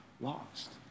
lost